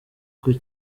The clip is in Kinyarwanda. kong